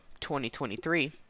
2023